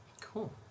Cool